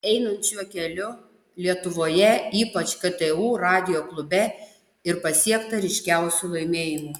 einant šiuo keliu lietuvoje ypač ktu radijo klube ir pasiekta ryškiausių laimėjimų